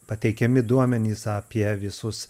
pateikiami duomenys apie visus